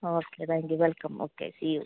okay thank you welcome okay see you